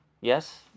yes